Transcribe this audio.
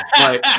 right